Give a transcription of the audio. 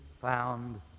found